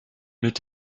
mit